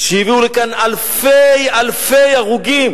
שהביאו לכאן אלפי-אלפי הרוגים,